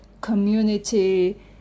community